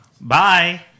Bye